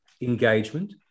engagement